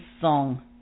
song